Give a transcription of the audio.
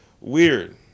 weird